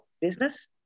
business